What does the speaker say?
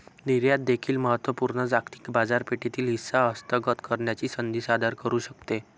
निर्यात देखील महत्त्व पूर्ण जागतिक बाजारपेठेतील हिस्सा हस्तगत करण्याची संधी सादर करू शकते